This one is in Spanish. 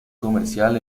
comercial